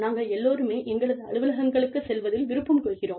நாங்கள் எல்லோருமே எங்களது அலுவலகங்களுக்குச் செல்வதில் விருப்பம் கொள்கிறோம்